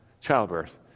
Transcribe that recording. childbirth